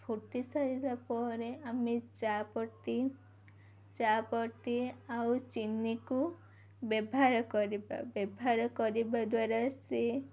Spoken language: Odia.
ଫୁଟି ସାରିଲା ପରେ ଆମେ ଚା ପତି ଚା ପତି ଆଉ ଚିନିକୁ ବ୍ୟବହାର କରିବା ବ୍ୟବହାର କରିବା ଦ୍ୱାରା ସେ